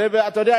אתה יודע,